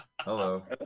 Hello